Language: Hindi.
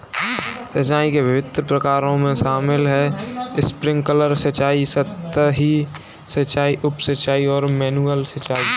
सिंचाई के विभिन्न प्रकारों में शामिल है स्प्रिंकलर सिंचाई, सतही सिंचाई, उप सिंचाई और मैनुअल सिंचाई